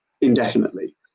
indefinitely